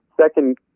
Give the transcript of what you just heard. Second